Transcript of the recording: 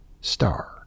Star